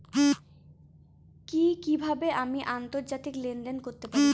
কি কিভাবে আমি আন্তর্জাতিক লেনদেন করতে পারি?